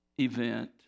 event